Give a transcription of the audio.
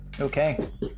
Okay